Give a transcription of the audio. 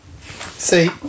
See